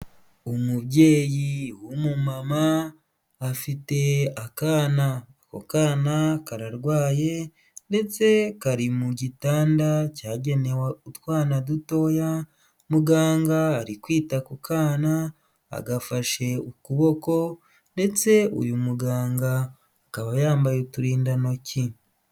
Umubyeyi w'umumama afite akana, ako kana kararwaye ndetse kari mu gitanda cyagenewe utwana dutoya, muganga ari kwita ku kana agafashe ukuboko, ndetse uyu muganga akaba yambaye uturindantoki.